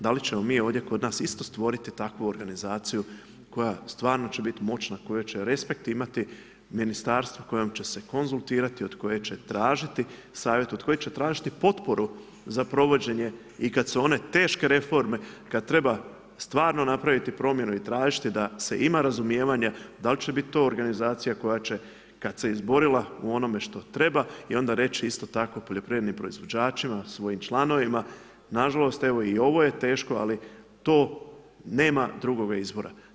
Da li ćemo mi ovdje kod nas isto stvoriti takvu organizaciju koja stvarno će biti moćna, koja će respekt imati ministarstvo, kojom će se konzultirati, od koje će tražiti savjet, od koje će tražiti potporu za provođenje i kada su one teške reforme, kada treba stvarno napraviti promjenu i tražiti da se ima razumijevanja, da li će biti to organizacija koja će, kada se izborila u onome što treba i onda reći isto tako poljoprivrednim proizvođačima, svojim članovima, nažalost evo i ovo je teško, ali to nema drugoga izbora.